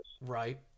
right